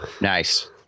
Nice